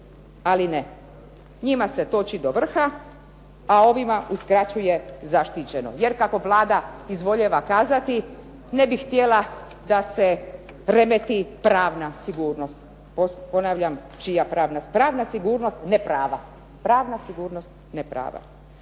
Ali ne, njima se toči do vrha, a ovima uskraćuje zaštićeno. Jer kako je Vlada izvoljevala kazati ne bi htjela da se remeti pravna sigurnost. Ponavljam, čija pravna sigurnost, pravna sigurnost neprava. Pravna sigurnost neprava.